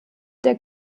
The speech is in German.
der